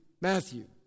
Matthew